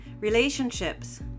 relationships